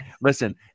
listen